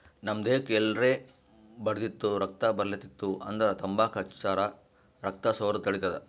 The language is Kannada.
ನಮ್ ದೇಹಕ್ಕ್ ಎಲ್ರೆ ಬಡ್ದಿತ್ತು ರಕ್ತಾ ಬರ್ಲಾತಿತ್ತು ಅಂದ್ರ ತಂಬಾಕ್ ಹಚ್ಚರ್ ರಕ್ತಾ ಸೋರದ್ ತಡಿತದ್